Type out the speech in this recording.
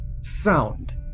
Sound